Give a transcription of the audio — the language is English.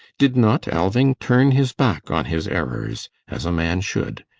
did not alving turn his back on his errors, as a man should?